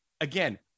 again